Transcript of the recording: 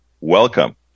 welcome